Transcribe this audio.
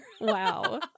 Wow